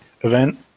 event